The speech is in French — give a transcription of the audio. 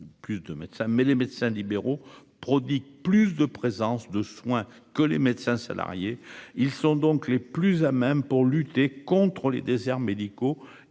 mais les médecins libéraux prodigue. Plus de présence de soins que les médecins salariés ils sont donc les plus à même pour lutter contre les déserts médicaux